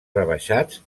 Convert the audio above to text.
rebaixats